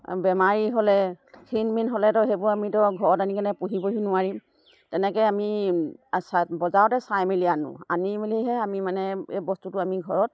বেমাৰী হ'লে ক্ষীণ মিন হ'লেতো সেইবোৰ আমিতো ঘৰত আনি কিনে পুহিবহি নোৱাৰিম তেনেকৈ আমি চাই বজাৰতে চাই মেলি আনোঁ আনি মেলিহে আমি মানে এই বস্তুটো আমি ঘৰত